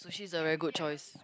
so she's a very good choice